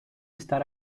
estar